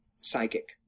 psychic